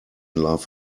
love